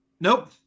Nope